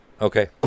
Okay